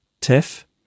Tiff